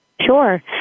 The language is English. Sure